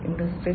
industry 4